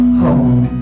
home